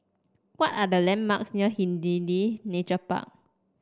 what are the landmarks near Hindhede Nature Park